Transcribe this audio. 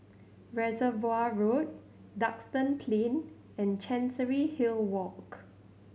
Reservoir Road Duxton Plain and Chancery Hill Walk